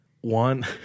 One